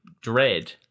Dread